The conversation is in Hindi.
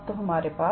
तो हमारे पास